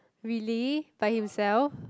really by himself